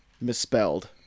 misspelled